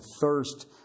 thirst